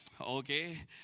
Okay